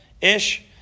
ish